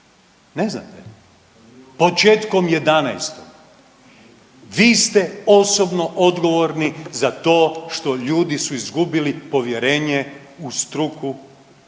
Ne znate? Početkom 11., vi ste osobno odgovorni za to što ljudi su izgubili povjerenje u struku